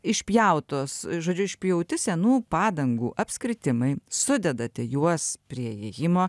išpjautos žodžiu išpjauti senų padangų apskritimai sudedate juos prie įėjimo